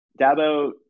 Dabo